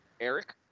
Eric